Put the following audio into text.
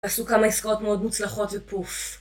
עשו כמה עסקאות מאוד מוצלחות ופוף